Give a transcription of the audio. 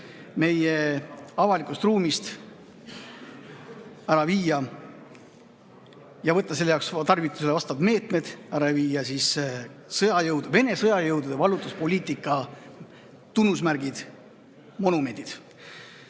meie avalikust ruumist ära viia – ja võtta selle jaoks tarvitusele vastavad meetmed – Vene sõjajõudude vallutuspoliitika tunnusmärgid, monumendid.